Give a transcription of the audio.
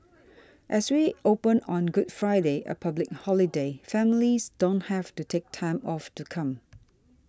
as we open on Good Friday a public holiday families don't have to take time off to come